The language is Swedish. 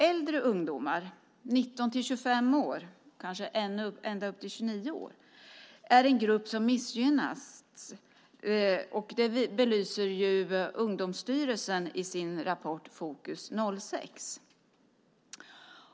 Äldre ungdomar, 19-25 år, kanske ända upp till 29 år, är en grupp som missgynnas. Det belyser Ungdomsstyrelsen i sin rapport Fokus 06 .